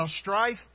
strife